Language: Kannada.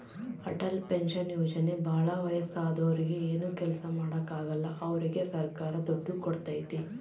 ಅಟಲ್ ಪೆನ್ಶನ್ ಯೋಜನೆ ಭಾಳ ವಯಸ್ಸಾದೂರಿಗೆ ಏನು ಕೆಲ್ಸ ಮಾಡಾಕ ಆಗಲ್ಲ ಅವ್ರಿಗೆ ಸರ್ಕಾರ ದುಡ್ಡು ಕೋಡ್ತೈತಿ